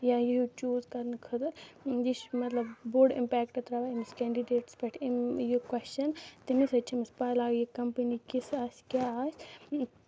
یا یہِ چوٗز کرنہٕ خٲطر یہِ چھُ مطلب بوٚڑ اِمپیکٹ تراوان أمِس کینڈِڈیٹَس پٮ۪ٹھ أمۍ یہِ کوسچن تمے سۭتۍ چھُ أمِس پاے لَگان یہِ کَمپنۍ کِژھ آسہِ کیاہ آسہِ